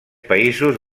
països